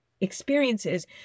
experiences